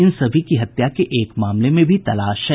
इन सभी की हत्या के एक मामले में भी तलाश है